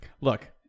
Look